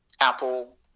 Apple